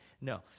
No